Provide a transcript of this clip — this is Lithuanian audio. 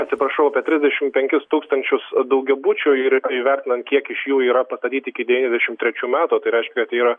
atsiprašau apie trisdešim penkis tūkstančius daugiabučių ir įvertinant kiek iš jų yra pastatyti iki devyniasdešim trečių metų tai reiškia kad yra